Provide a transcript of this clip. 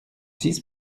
six